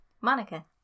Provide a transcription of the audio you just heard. Monica